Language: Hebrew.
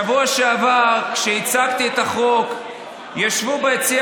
בשבוע שעבר כשהצגתי את החוק ישבו ביציע